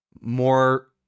more